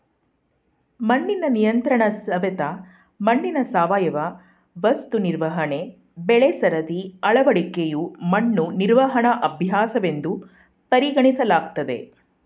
ಮಣ್ಣಿನ ನಿಯಂತ್ರಣಸವೆತ ಮಣ್ಣಿನ ಸಾವಯವ ವಸ್ತು ನಿರ್ವಹಣೆ ಬೆಳೆಸರದಿ ಅಳವಡಿಕೆಯು ಮಣ್ಣು ನಿರ್ವಹಣಾ ಅಭ್ಯಾಸವೆಂದು ಪರಿಗಣಿಸಲಾಗ್ತದೆ